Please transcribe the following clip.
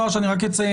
אש, אני רק אציין,